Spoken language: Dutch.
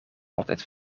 altijd